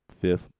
fifth